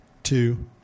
Two